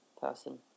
person